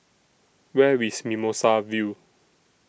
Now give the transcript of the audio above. Where IS Mimosa View